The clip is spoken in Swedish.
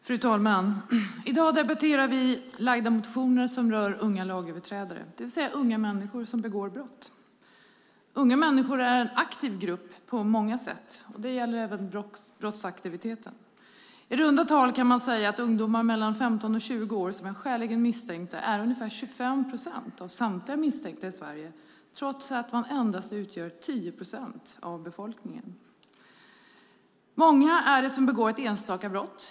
Fru talman! I dag debatterar vi framlagda motioner som rör unga lagöverträdare, det vill säga unga människor som begår brott. Unga människor är en aktiv grupp på många sätt, och det gäller även brottsaktiviteten. I runda tal kan man säga att ungdomar mellan 15 och 20 år som är skäligen misstänkta utgör ungefär 25 procent av samtliga misstänkta i Sverige, trots att de endast utgör 10 procent av befolkningen. Många begår ett enstaka brott.